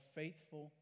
faithful